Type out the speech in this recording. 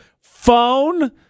phone